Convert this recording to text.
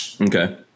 Okay